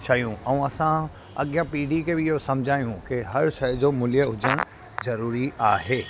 शयूं ऐं असां अॻियां पीढ़ी खे बि इहो सम्झायूं की हर शइ जो मूल्य हुजनि ज़रूरी आहे